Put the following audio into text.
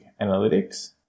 Analytics